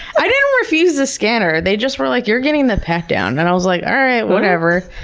i didn't refuse the scanner. they just were like, you're getting the pat down. and i was like, all right. whatever.